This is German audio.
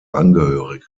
angehörige